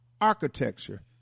architecture